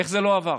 איך זה לא עבר?